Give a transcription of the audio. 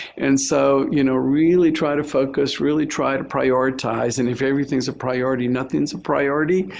and so, you know, really try to focus, really try to prioritize. and if everything is a priority, nothing is a priority.